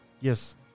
Yes